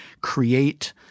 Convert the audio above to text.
create